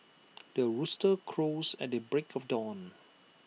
the rooster crows at the break of dawn